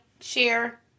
share